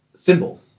Symbol